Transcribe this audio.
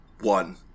one